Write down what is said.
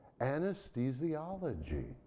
Anesthesiology